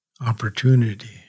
opportunity